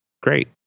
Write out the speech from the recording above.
Great